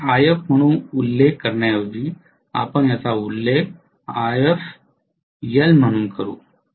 हे If म्हणून उल्लेख करण्याऐवजी आपण याचा उल्लेख Ifl म्हणून करू